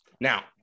Now